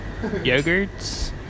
yogurts